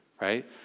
right